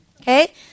okay